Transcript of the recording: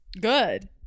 Good